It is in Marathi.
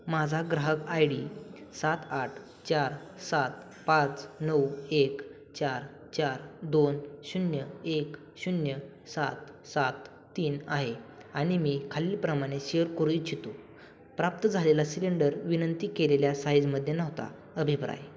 माझा ग्राहक आय डी सात आठ चार सात पाच नऊ एक चार चार दोन शून्य एक शून्य सात सात तीन आहे आणि मी खालीलप्रमाणे शेअर करू इच्छितो प्राप्त झालेला सिलेंडर विनंती केलेल्या साईजमध्ये नव्हता अभिप्राय